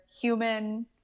human